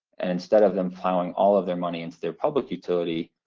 and instead of them plowing all of their money into their public utility,